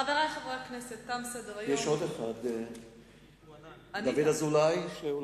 חבר הכנסת מנחם אליעזר מוזס שאל